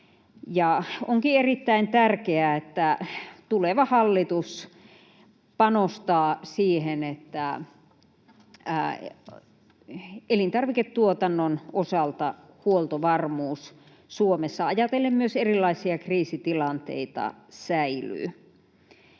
Onkin erittäin tärkeää, että tuleva hallitus panostaa siihen, että elintarviketuotannon osalta huoltovarmuus Suomessa, ajatellen myös erilaisia kriisitilanteita, säilyy.